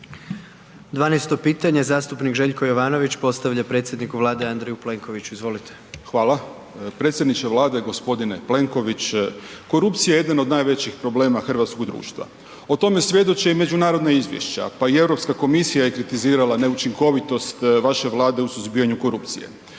12. pitanje, zastupnik Željko Jovanović postavlja predsjedniku Vlade, Andreju Plenkoviću, izvolite. **Jovanović, Željko (SDP)** Hvala. Predsjedniče Vlade, g. Plenković. Korupcija je jedan od najvećih problema hrvatskog društva. O tome svjedoče i međunarodna izvješća, pa i EU komisija je kritizirala neučinkovitost vaše Vlade u suzbijanju korupcije.